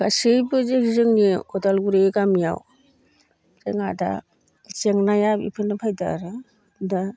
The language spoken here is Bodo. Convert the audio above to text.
गासैबो जे जोंनि उदालगुरि गामियाव जोंहा दा जेंनाया बेफोरनो फैदों आरो दा